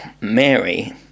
Mary